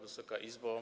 Wysoka Izbo!